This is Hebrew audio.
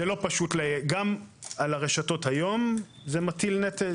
גם על הרשתות היום זה מטיל נטל,